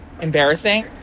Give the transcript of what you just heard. embarrassing